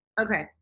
Okay